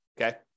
Okay